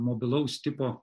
mobilaus tipo